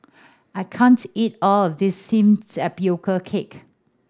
I can't eat all of this steamed tapioca cake